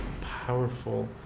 powerful